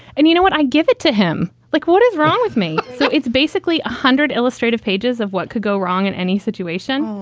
and you know what? i give it to him. like, what is wrong with me? so it's basically one hundred illustrative pages of what could go wrong in any situation.